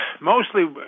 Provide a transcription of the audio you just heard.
Mostly